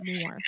more